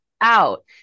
out